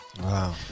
Wow